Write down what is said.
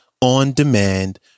on-demand